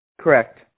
Correct